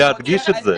להדגיש את זה,